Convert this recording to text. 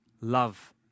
love